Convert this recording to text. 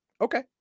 Okay